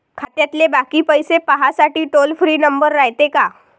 खात्यातले बाकी पैसे पाहासाठी टोल फ्री नंबर रायते का?